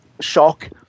shock